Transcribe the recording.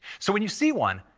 so when you see one,